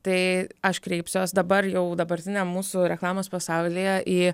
tai aš kreipsiuos dabar jau dabartiniam mūsų reklamos pasaulyje į